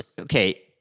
Okay